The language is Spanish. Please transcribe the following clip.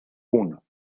uno